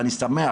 ואני שמח